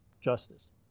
justice